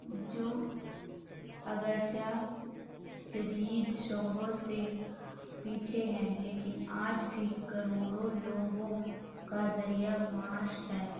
جو اگرچہ جدید شعبوں سے پیچھے ہیں لیکن آج بھی کروڑوں لوگوں کا ذریعہ معاش ہے